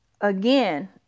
again